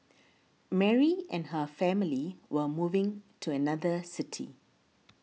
Mary and her family were moving to another city